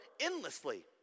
endlessly